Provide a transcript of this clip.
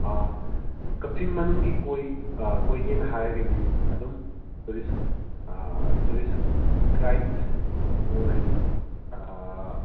ꯀꯥꯛꯆꯤꯡ ꯃꯅꯨꯡꯒꯤ ꯀꯣꯏꯒꯦꯅ ꯍꯥꯏꯔꯒꯗꯤ ꯑꯗꯨꯝ ꯇꯨꯔꯤꯁ ꯇꯨꯔꯤꯁ ꯒꯥꯏꯗ ꯑꯣꯏ ꯍꯥꯏꯗꯤ